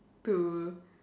to